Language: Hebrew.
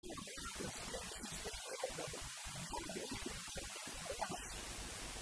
ירמיהו הנביא, רק נזכיר, מי שהספיק לראות את המקורות, ירמיהו הנביא אומר במפורש